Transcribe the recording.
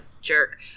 jerk